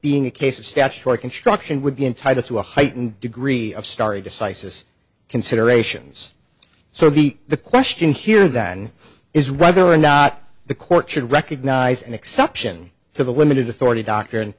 being a case of statutory construction would be entitled to a heightened degree of starry decisis considerations so the question here than is right there or not the court should recognize an exception to the limited authority doctrine